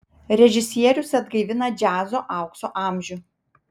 režisierius atgaivina džiazo aukso amžių